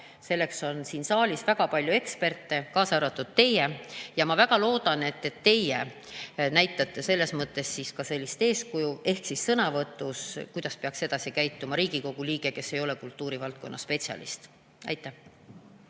Selleks on siin saalis väga palju eksperte, kaasa arvatud teie, ja ma väga loodan, et teie näitate selles mõttes eeskuju ehk oma sõnavõtus, kuidas peaks edaspidi käituma Riigikogu liige, kes ei ole kultuurivaldkonna spetsialist. Ülle